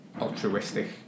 altruistic